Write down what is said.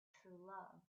truelove